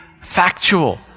factual